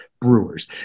Brewers